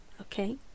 okay